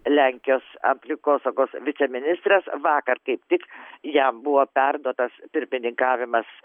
lenkijos aplinkosaugos viceministras vakar kaip tik jam buvo perduotas pirmininkavimas